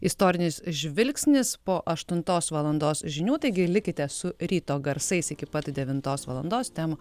istorinis žvilgsnis po aštuntos valandos žinių taigi likite su ryto garsais iki pat devintos valandos temų